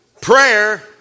Prayer